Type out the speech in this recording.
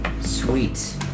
sweet